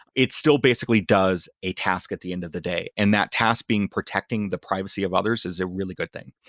it still basically does a task at the end of the day, and that task being protecting the privacy of others is a really good thing.